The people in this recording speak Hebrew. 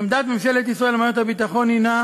עמדת ממשלת ישראל ומערכת הביטחון הנה